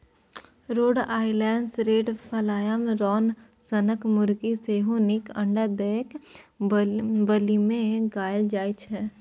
रोडे Island red, Plymouth rock सनक मुरगी सेहो नीक अंडा दय बालीमे गानल जाइ छै